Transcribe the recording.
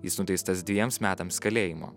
jis nuteistas dvejiems metams kalėjimo